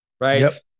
right